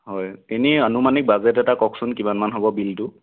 হয় এনেই আনুমানিক বাজেট এটা কওকচোন কিমানমান হ'ব বিলটো